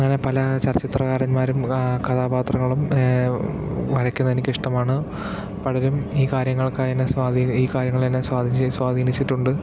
അങ്ങനെ പല ചലച്ചിത്രകാരന്മാരും കഥാപാത്രങ്ങളും വരക്കുന്നതെനിക്കിഷ്ടമാണ് പലരും ഈ കാര്യങ്ങൾക്കായെന്നെ സ്വാധീനി ഈ കാര്യങ്ങളെന്നെ സ്വാധീനി സ്വാധീനിച്ചിട്ടുണ്ട്